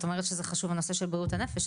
את אומרת שזה חשוב הנושא של בריאות הנפש.